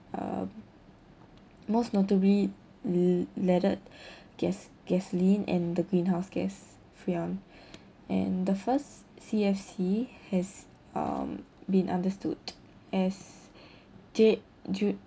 uh most notably l~ leaded gas~ gasoline and the greenhouse gas freon and the first C_F_C has um been understood as detri~